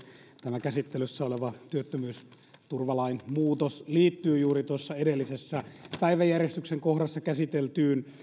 tämä käsittelyssä oleva työttömyysturvalain muutos liittyy juuri tuossa edellisessä päiväjärjestyksen kohdassa käsiteltyyn